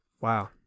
Wow